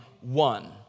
one